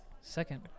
Second